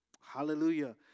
Hallelujah